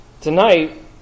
Tonight